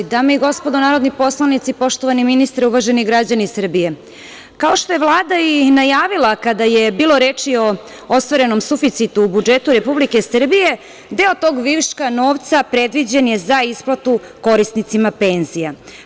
Dame i gospodo narodni poslanici, poštovani ministre, uvaženi građani Srbije, kao što je Vlada i najavila kada je bilo reči o ostvarenom suficitu u budžetu Republike Srbije, deo tog viška novca predviđen je za isplatu korisnicima penzija.